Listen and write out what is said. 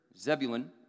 Zebulun